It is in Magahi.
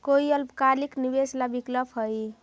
कोई अल्पकालिक निवेश ला विकल्प हई?